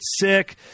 sick